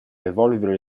evolvere